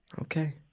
Okay